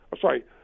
sorry